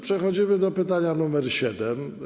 Przechodzimy do pytania nr 7.